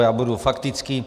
Já budu faktický.